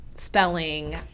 Spelling